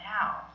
now